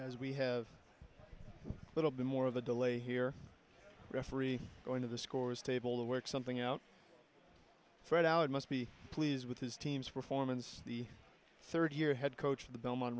as we have a little bit more of a delay here referee going to the scores table the work something out fred allen must be pleased with his team's performance the third year head coach of the belmont